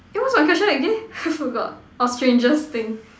eh what's my question again I forgot orh strangest thing